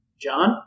John